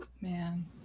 Man